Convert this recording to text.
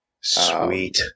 Sweet